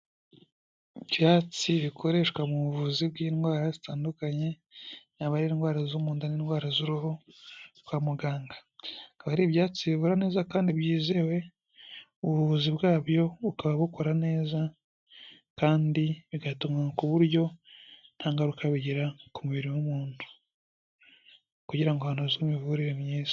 Ibyatsi bikoreshwa mu buvuzi bw'indwara zitandukanye, yaba ari indwara zo mu nda n'indwara z'uruhu, kwa muganga. Bikaba ari ibyatsi bivura neza kandi byizewe, ubuvuzi bwabyo bukaba bukora neza, kandi bigatuma ku buryo nta ngaruka bigira ku mubiri w'umuntu. Kugira ngo hanozwe imivurire myiza.